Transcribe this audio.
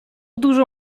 dużo